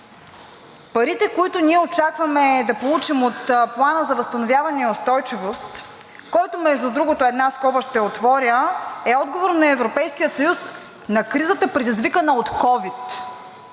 Парите, които ние очакваме да получим от Плана за възстановяване и устойчивост, който, между другото, една скоба ще отворя, е отговор на Европейския съюз на кризата, предизвикана от ковид.